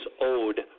owed